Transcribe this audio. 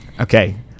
Okay